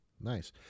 Nice